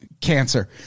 cancer